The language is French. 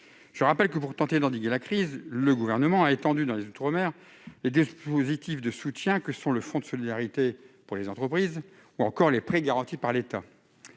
Je rappelle que, pour tenter d'endiguer la crise, le Gouvernement a étendu dans les outre-mer les dispositifs de soutien que sont le fonds de solidarité pour les entreprises ou encore les prêts garantis par l'État.